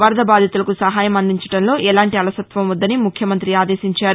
వరద బాధితులకు సహాయం అందించడంలో ఎలాంటి అలసత్వం వద్దని ముఖ్యమంతి ఆదేశించారు